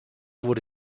wurde